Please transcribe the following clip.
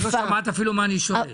עוד לא שמעת אפילו מה אני שואל.